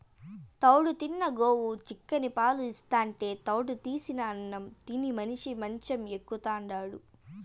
తౌడు తిన్న గోవు చిక్కని పాలు ఇస్తాంటే తౌడు తీసిన అన్నం తిని మనిషి మంచం ఎక్కుతాండాడు